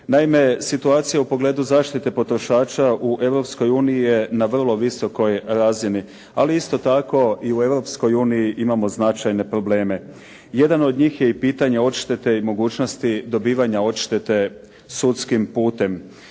Naime, situacija u pogledu zaštite potrošača u Europskoj uniji je na vrlo visokoj razini, ali isto tako i u Europskoj uniji imamo značajne probleme. Jedan od njih i je i pitanje odštete i mogućnosti dobivanja odštete sudskim putem.